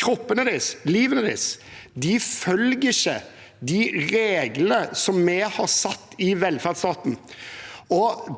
kroppene deres, livet deres, følger ikke de reglene vi har satt i velferdsstaten.